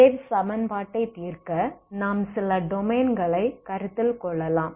wave சமன்பாட்டை தீர்க்க நாம் சில டொமைன்களை கருத்தில் கொள்ளலாம்